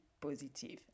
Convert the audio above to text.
positive